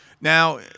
Now